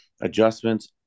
adjustments